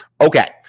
Okay